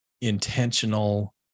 intentional